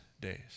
days